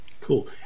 cool